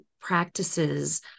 practices